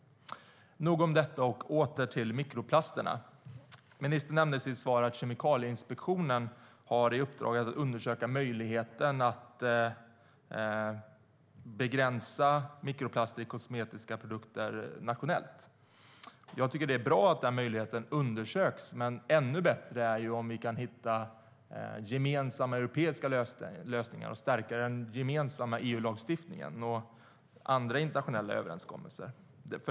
Nog om detta och åter till mikroplasterna. Ministern nämnde i sitt svar att Kemikalieinspektionen har i uppdrag att undersöka möjligheten att nationellt begränsa mikroplaster i kosmetiska produkter. Det är bra att den möjligheten undersöks, men ännu bättre är det om vi kan hitta gemensamma europeiska lösningar och stärka den gemensamma EU-lagstiftningen och andra internationella överenskommelser.